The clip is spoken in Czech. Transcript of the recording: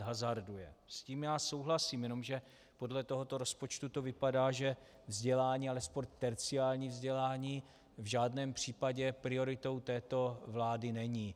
S tím já souhlasím, jenomže podle tohoto rozpočtu to vypadá, že vzdělání, alespoň terciární vzdělání, v žádném případě prioritou této vlády není.